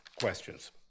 questions